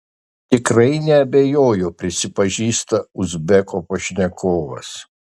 tikrai neabejoju prisipažįsta uzbeko pašnekovas